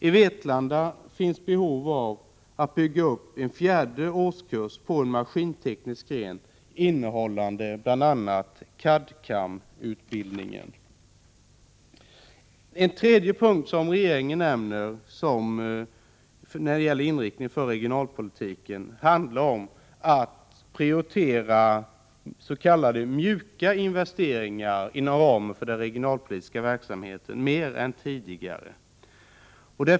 I Vetlanda finns behov av att bygga upp en fjärde årskurs på en maskinteknisk gren, innehållande bl.a. CAD/CAM-utbildning. En tredje punkt som regeringen nämner när det gäller inriktningen för regionalpolitiken handlar om att prioritera ”mjuka” investeringar inom ramen för den regionalpolitiska verksamheten mer än tidigare.